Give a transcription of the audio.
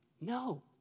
No